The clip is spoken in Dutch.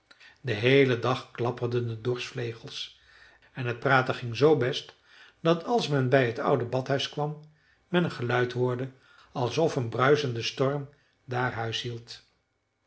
den heelen dag klapperden de dorschvlegels en het praten ging z best dat als men bij t oude badhuis kwam men een geluid hoorde alsof een bruisende storm daar huis hield